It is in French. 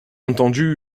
entendu